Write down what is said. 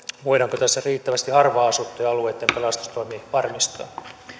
voidaanko tässä riittävästi harvaan asuttujen alueitten pelastustoimi varmistaa